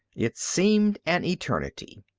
it seemed an eternity.